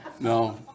no